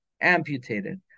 amputated